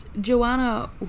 Joanna